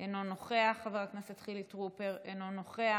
אינו נוכח, חבר הכנסת חילי טרופר, אינו נוכח,